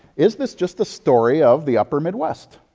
is this just a story of the upper midwest?